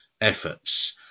efforts